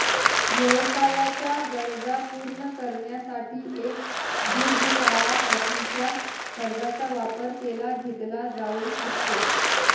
व्यवसायाच्या गरजा पूर्ण करण्यासाठी एक दीर्घ काळा साठीच्या कर्जाचा वापर केला घेतला जाऊ शकतो